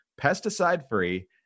pesticide-free